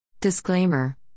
Disclaimer